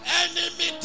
enemy